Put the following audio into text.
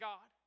God